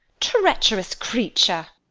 treacherous creature,